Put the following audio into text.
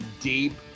deep